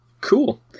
Cool